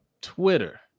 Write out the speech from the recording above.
twitter